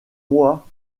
mois